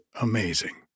amazing